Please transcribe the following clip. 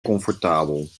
comfortabel